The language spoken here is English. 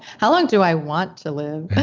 how long do i want to live?